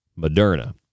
Moderna